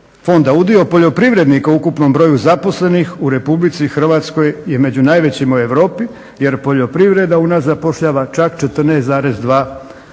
fonda. Udio poljoprivrednika u ukupnom broju zaposlenih u Republici Hrvatskoj je među najvećima u Europi jer poljoprivreda u nas zapošljava čak 14,2%